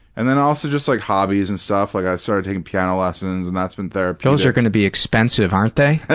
and then also, just, like, hobbies and stuff. like, i started taking piano lessons and that's been therapeutic pg those are gonna be expensive, aren't they?